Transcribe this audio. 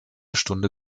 stunde